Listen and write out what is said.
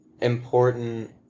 important